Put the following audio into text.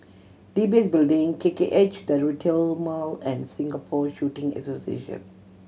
D B S Building K K H The Retail Mall and Singapore Shooting Association